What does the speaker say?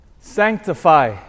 sanctify